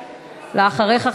ואחריך,